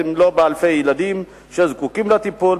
אם לא באלפים, של ילדים שזקוקים לטיפול.